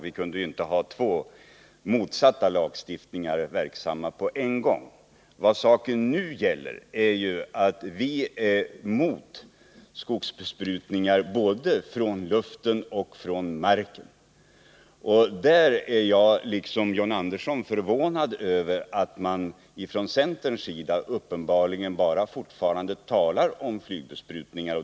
Vi kan ju inte ha två motsatta lagstiftningar verksamma på en gång. Vad saken nu gäller är att vi socialdemokrater är emot skogsbesprutning både från luften och från marken. Därvidlag är jag liksom John Andersson förvånad över att man från centerns sida uppenbarligen bara talar om flygbesprutning.